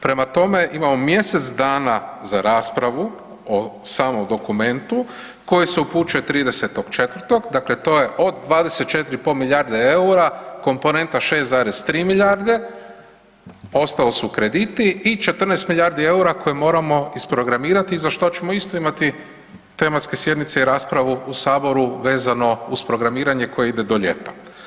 Prema tome, imamo mjesec dana za raspravu o samom dokumentu koji se upućuje 30.4., dakle to je od 24 i po milijarde EUR-a, komponenta 6,3 milijarde ostalo su krediti i 14 milijardi EUR-a koje moramo isprogramirati za što ćemo isto imati tematske sjednice i raspravu vezano uz programiranje koje ide do ljeta.